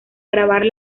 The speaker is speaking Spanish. grabar